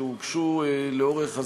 שהוגשו לאורך הזמן,